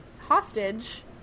hostage